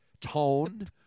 tone